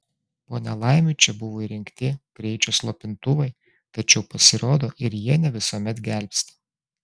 po nelaimių čia buvo įrengti greičio slopintuvai tačiau pasirodo ir jie ne visuomet gelbsti